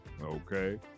Okay